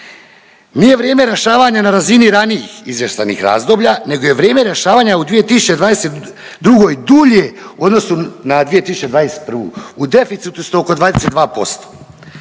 Nije vrijeme rješavanja na razini ranijih izvještajnih razdoblja nego je vrijeme rješavanja u 2022. dulje u odnosu na 2021. u deficitu ste oko 22%.